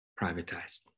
privatized